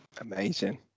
amazing